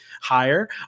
higher